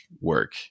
work